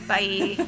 Bye